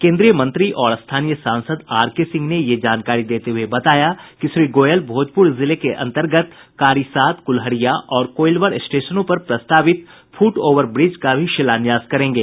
केन्द्रीय मंत्री और स्थानीय सांसद आरके सिंह ने यह जानकारी देते हुए बताया कि श्री गोयल भोजपुर जिले के अंतर्गत कारीसात कुलहरिया और कोईलवर स्टेशनों पर प्रस्तावित फुट ओवर ब्रिज का भी शिलान्यास करेंगे